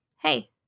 hey